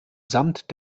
samt